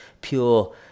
pure